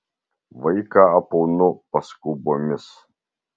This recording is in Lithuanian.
vaiką apaunu paskubomis